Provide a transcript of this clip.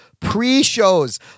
pre-shows